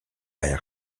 air